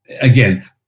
again